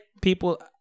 people